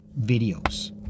videos